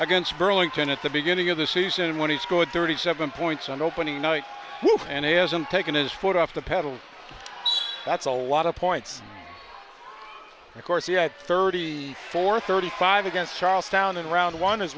against burlington at the beginning of the season when he scored thirty seven points on opening night and he hasn't taken his foot off the pedal so that's a lot of points of course he had thirty four thirty five against charlestown in round one is